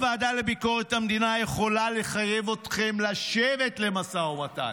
הוועדה לביקורת המדינה יכולה לחייב אתכם לשבת למשא ומתן.